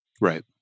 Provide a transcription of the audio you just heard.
Right